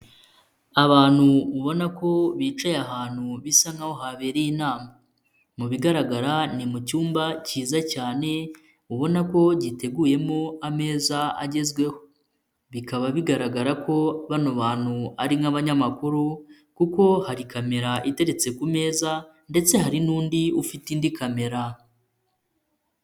Abantu ubona ko bicaye ahantu, bisa nk'aho habereye inama, mu bigaragara, ni mu cyumba cyiza cyane, ubona ko giteguyemo ameza agezweho, bikaba bigaragara ko bano bantu ari nk'abanyamakuru kuko hari kamera iteretse ku meza ndetse hari n'undi ufite indi kamera.